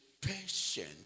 patient